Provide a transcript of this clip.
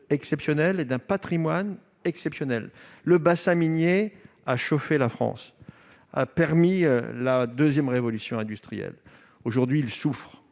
situation et d'un patrimoine exceptionnels. Le bassin minier a chauffé la France. Il a permis la deuxième révolution industrielle. Aujourd'hui, il souffre.